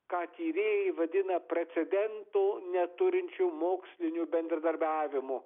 ką tyrėjai vadina precedentų neturinčiu moksliniu bendradarbiavimu